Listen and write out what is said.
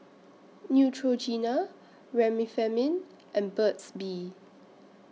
Neutrogena Remifemin and Burt's Bee